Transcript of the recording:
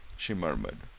she murmured,